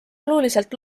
oluliselt